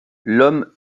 l’homme